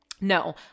no